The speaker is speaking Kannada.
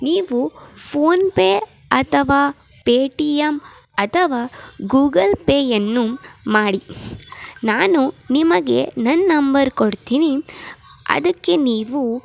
ನೀವು ಫೋನ್ಪೇ ಅಥವಾ ಪೇಟಿಯಮ್ ಅಥವಾ ಗೂಗಲ್ಪೇಯನ್ನು ಮಾಡಿ ನಾನು ನಿಮಗೆ ನನ್ನ ನಂಬರ್ ಕೊಡ್ತೀನಿ ಅದಕ್ಕೆ ನೀವು